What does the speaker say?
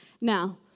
Now